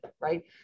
right